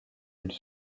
ils